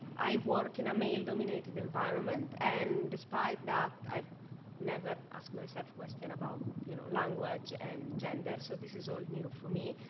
work in a male dominated environment. and despite that, i've never asked myself question about you know language and gender so this is all new for me.